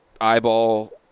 eyeball